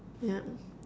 yup